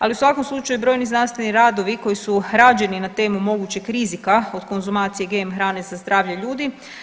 Ali u svakom slučaju brojni znanstveni radovi koji su rađeni na temu mogućeg rizika od konzumacije GM hrane za zdravlje ljudi.